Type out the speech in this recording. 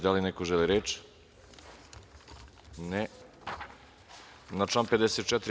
Da li neko želi reč? (Ne.) Na član 54.